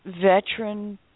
veteran